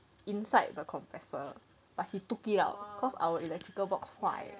inside the compressor but he took it out cause our electrical box 坏